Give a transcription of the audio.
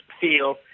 feel